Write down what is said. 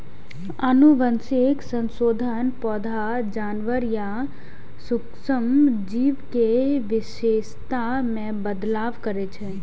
आनुवंशिक संशोधन पौधा, जानवर या सूक्ष्म जीव के विशेषता मे बदलाव करै छै